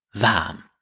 warm